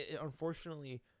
Unfortunately